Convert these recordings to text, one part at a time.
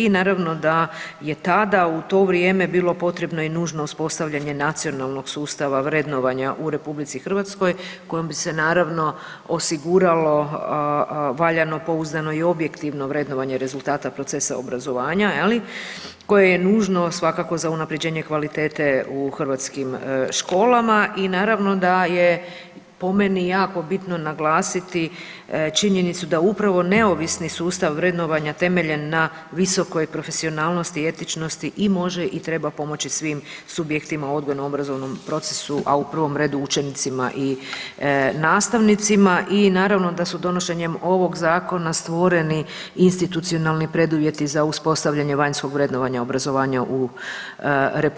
I naravno da je tada u to vrijeme bilo potrebno i nužno uspostavljanje nacionalnog sustava vrednovanja i odgoja u RH kojim se naravno osiguralo valjano, pouzdano i objektivno vrednovanje rezultata procesa obrazovanja, je li, koje je nužno svakako za unaprjeđenje kvalitete u hrvatskim školama i naravno da je po meni jako bitno naglasiti činjenicu da upravo neovisni sustav vrednovanja temeljen na visokoj profesionalnosti i etičnosti i može i treba pomoći svim subjektima u odgojno-obrazovnom procesu, a u prvom redu učenicima i nastavnicima i naravno da su donošenjem ovog zakona stvoreni institucionalni preduvjeti za uspostavljanje vanjskog vrednovanja obrazovanja u RH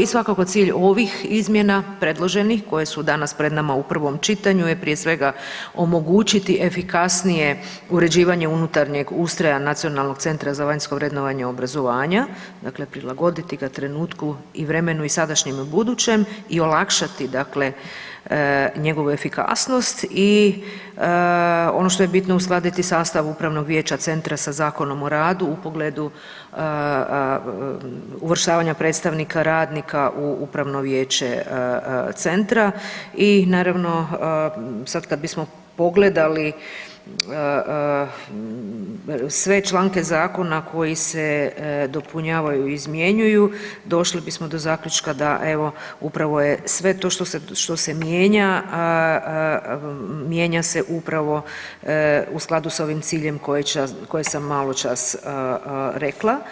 i svakako cilj ovih izmjena predloženih koje su danas pred nama u prvom čitanju je prije svega, omogućiti efikasnije uređivanje unutarnjeg ustroja Nacionalnog centra za vanjsko vrednovanje obrazovanja, dakle prilagoditi ga trenutku i vremenu i sadašnjem i budućem i olakšati dakle njegovu efikasnost i ono što je bitno, uskladiti sastav upravnog vijeća centra sa Zakonom o radu u pogledu uvrštavanja predstavnika radnika u upravno vijeće centra i naravno, sad kad bismo pogledali sve članke zakona koji se dopunjavaju i izmjenjuju, došlo bismo do zaključka da evo, upravo je sve to što se mijenja, mijenja se upravo u skladu sa ovim ciljem koji sam maločas rekla.